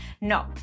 No